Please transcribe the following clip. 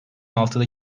altıda